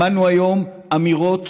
שמענו היום אמירות